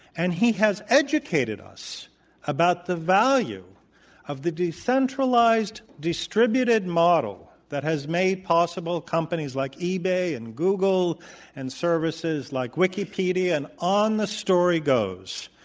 and he has educated us about the value of the decentralized distributed model that has made possible companies like e-bay and google and services like wikipedia, and on the story goes.